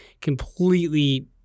completely